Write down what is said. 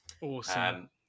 Awesome